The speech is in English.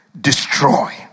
destroy